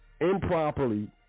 improperly